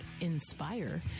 INSPIRE